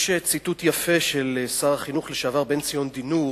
יש ציטוט יפה של שר החינוך לשעבר, בן-ציון דינור,